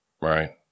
right